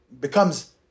becomes